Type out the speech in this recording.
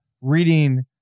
reading